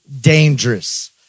dangerous